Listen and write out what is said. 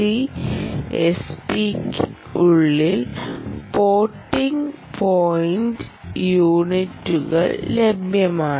ഡിഎസ്പിക്കുള്ളിൽ floating point യൂണിറ്റുകൾ ലഭ്യമാണ്